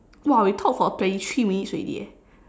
!wah! we talk for thirty three minutes already eh